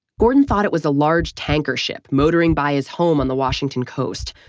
gordon thought it was a large tanker ship motoring by his home on the washington coast,